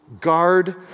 Guard